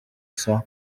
saa